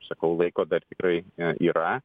sakau laiko dar tikrai yra